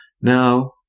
Now